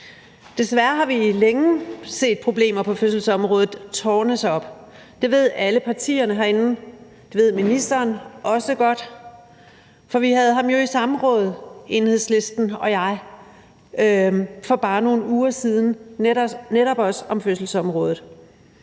Desværre har vi længe set problemer på fødselsområdet tårne sig op. Det ved alle partierne herinde. Det ved ministeren også godt, for vi, Enhedslisten og SF, havde ham jo i samråd for bare nogle uger siden netop også om fødselsområdet.